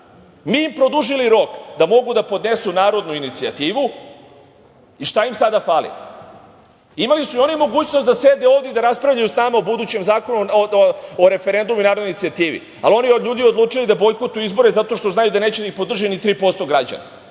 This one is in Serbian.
Mi im produžili rok da mogu da podnesu narodnu inicijativu, i šta ima sada fali? Imali su i oni mogućnost da sede ovde i raspravljaju sa nama o budućem Zakonu o referendumu i narodnoj inicijativi, ali oni ljudi odlučili da bojkotuju izbore zato što znaju da neće da ih podrži ni 3% građana.